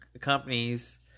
companies